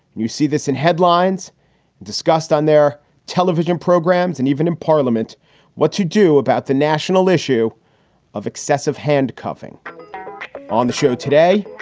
you see this in headlines discussed on their television programs and even in parliament what to do about the national issue of excessive handcuffing on the show today,